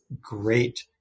great